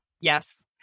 Yes